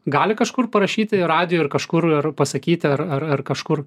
gali kažkur parašyti radijui ar kažkur ar pasakyti ar ar ar kažkur